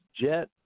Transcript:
Jet